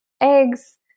eggs